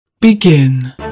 Begin